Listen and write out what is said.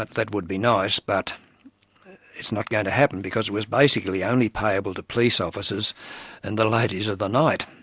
ah that would be nice, but it's not going happen. because it was basically only payable to police officers and the ladies of the night.